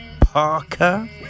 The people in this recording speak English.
Parker